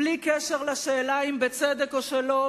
בלי קשר לשאלה אם בצדק או שלא,